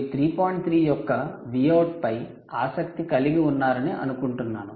3 యొక్క Vout పై ఆసక్తి కలిగి ఉన్నారని అనుకుంటాను